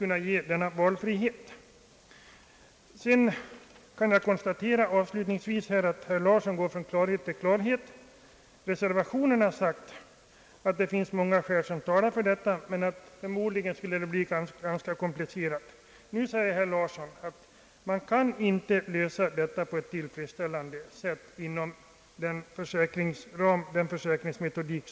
Jag kan avslutningsvis konstatera, att herr Larsson går från klarhet till klarhet. I reservationen framhålles att valfrihet i systemet skulle göra reglerna därför synnerligen komplicerade. Nu säger herr Larsson att man inte kan lösa denna fråga på ett tillfredsställande sätt inom gällande försäkringsmetodik.